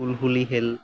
শুলশুলি খেল